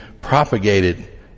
propagated